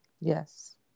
Yes